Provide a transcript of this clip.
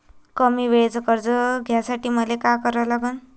कमी वेळेचं कर्ज घ्यासाठी मले का करा लागन?